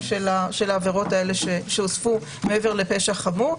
של העבירות האלה שהוספו מעבר לפשע חמור.